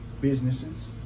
businesses